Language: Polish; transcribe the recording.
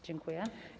Dziękuję.